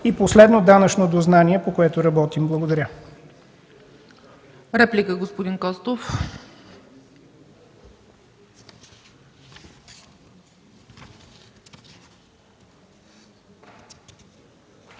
И последно, данъчното дознание, по което работим. Благодаря.